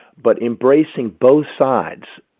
but embracing both sides,